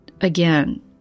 again